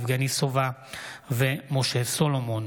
יבגני סובה ומשה סולומון